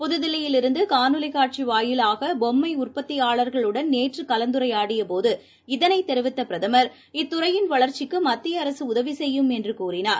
புதுதில்லியிலிருந்துகாணொலிக் காட்சிவாயிலாகபொம்மைஉற்பத்தியாளர்களுடன் நேற்றுகலந்துரையாடியபோது இதனைதெரிவித்தபிரதமர் இத்துறையின் வளர்ச்சிக்குமத்தியஅரகஉதவிசெய்யும் என்றுகூறினார்